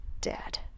dead